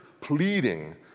pleading